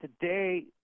today